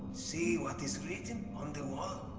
see what is written on the wall?